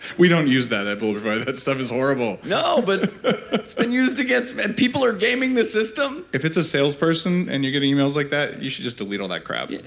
we don't use that at bulletproof, by the way. that stuff is horrible no but it's been used against me and people are gaming the system? if it's a salesperson and you get emails like that you should just delete all that crap yeah